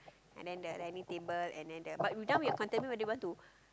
and then the dining table and then the but now we are contemplating whether we want to